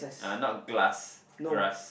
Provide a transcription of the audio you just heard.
ah not glass grass